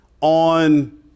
on